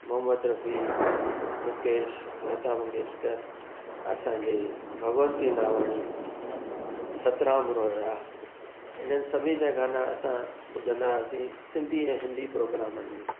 मोहम्मद रफ़ी मुकेश लता मंगेशकर असांजे भगवंती नावाणी सतराम रोहिरा हिननि सभिनी जा गाना असां ॿुधंदा हुआसी सिंधी ऐं हिंदी प्रोग्रामनि में